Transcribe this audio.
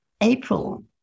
April